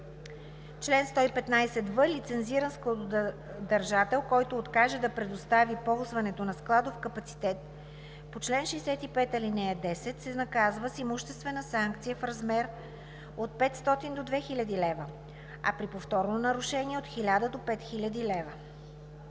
„Чл. 115в. Лицензиран складодържател, който откаже да предостави ползването на складов капацитет по чл. 65, ал. 10, се наказва с имуществена санкция в размер от 500 до 2000 лв., а при повторно нарушение – от 1000 до 5000 лв.“